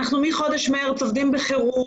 מחודש מארס אנחנו עובדים בחירום.